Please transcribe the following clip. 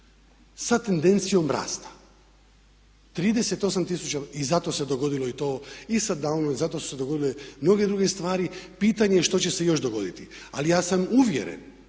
sa tendencijom rasta. 38 tisuća i zato se dogodilo i to i sa downom i zato su se dogodile mnoge druge stvari i pitanje je što će se još dogoditi. Ali ja sam uvjeren,